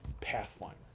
Pathfinder